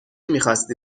میخواستی